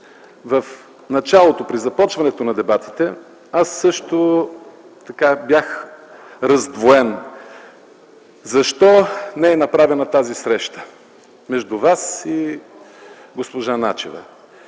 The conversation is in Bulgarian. в началото, при започването на дебатите, аз също така бях раздвоен защо не е направена тази среща между вас и госпожа Начева.